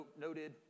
Noted